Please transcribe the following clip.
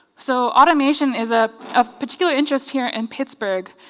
so automation is ah of particular interest here in pittsburgh.